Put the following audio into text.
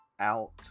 out